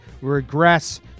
regress